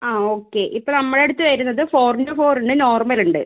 ആ ഓക്കേ ഇപ്പോൾ നമ്മുടെ അടുത്ത് വരുന്നത് ഫോർ ഇൻടു ഫോർ ഉണ്ട് നോർമൽ ഉണ്ട്